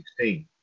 2016